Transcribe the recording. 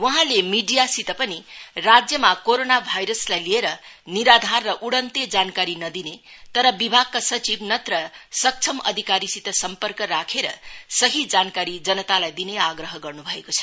वहाँले मीडियासित पनि राज्यमा कोरोना भाइरस लाई लिएर निराधार उडन्ते जानकारी नदिने तर विभागका सचिव नत्र सक्षम अधिकारीसित सम्पर्क राखी सही जानकारी जनतालाई दिने आग्रह गर्नु भएको छ